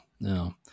no